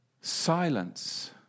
Silence